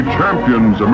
champions